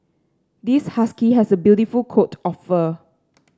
this husky has a beautiful coat of fur